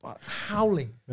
Howling